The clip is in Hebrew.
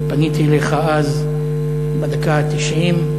אני פניתי אליך אז בדקה התשעים,